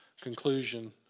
conclusion